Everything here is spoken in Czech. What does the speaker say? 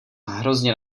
hrozně